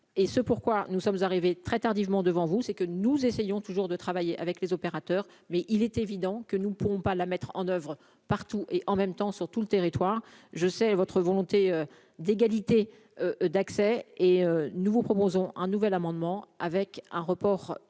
ce pourquoi nous sommes arrivés très tardivement devant vous, c'est que nous essayons toujours de travailler avec les opérateurs, mais il est évident que nous ne pourrons pas la mettre en oeuvre partout et en même temps sur tout le territoire, je sais votre volonté d'égalité d'accès et nous vous proposons un nouvel amendement avec un report de